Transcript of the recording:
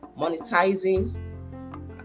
monetizing